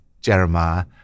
Jeremiah